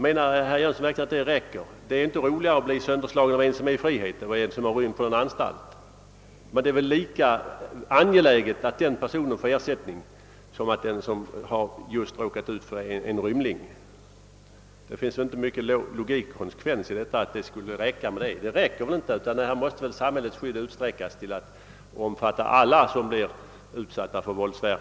Menar herr Jönsson verkligen att det är tillräckligt? Det är väl inte trevligare att bli sönderslagen av någon som befinner sig ute i frihet än av någon som har rymt från en anstalt; det är lika angeläget att den som råkar ut för en sådan våldsverkare erhåller ersättning som att den får det som råkar ut för en rymling. Det finns ingen logik eller konsekvens i detta tal, utan här måste samhällets skydd utsträckas till att omfatta alla som blir utsatta för misshandel.